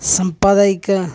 సంపాదయిక